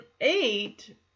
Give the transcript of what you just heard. eight